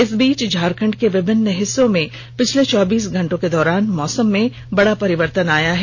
इस बीच झारखण्ड के विभिन्न हिस्सों में पिछले चौबीस घंटे के दौरान मौसम में बड़ा परिवर्तन आया है